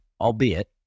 albeit